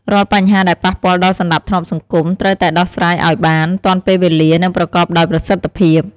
រាល់បញ្ហាដែលប៉ះពាល់ដល់សណ្តាប់ធ្នាប់សង្គម ត្រូវតែដោះស្រាយឱ្យបាន ទាន់ពេលវេលា និងប្រកបដោយប្រសិទ្ធភាព។